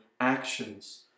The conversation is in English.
actions